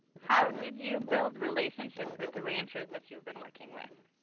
how did you build relationships with the ranchers that you've been working with?